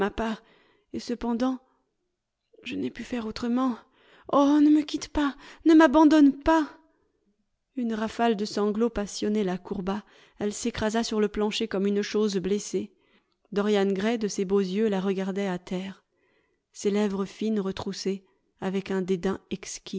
et cependant je n'ai pu faire autrement oh ne me quitte pas ne m'abandonne pas une rafale de sanglots passionnés la courba elle s'écrasa sur le plancher comme une chose blessée dorian gray de ses beaux yeux la regardait à terre ses lèvres fines retroussées avec un dédain